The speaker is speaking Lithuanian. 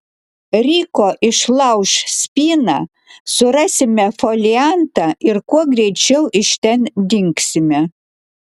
ryko išlauš spyną surasime foliantą ir kuo greičiau iš ten dingsime